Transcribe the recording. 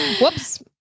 Whoops